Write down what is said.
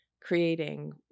creating